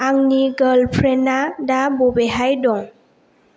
आंनि गार्लफ्रेन्डआ दा बबेहाय दं